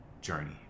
journey